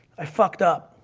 i fucked up.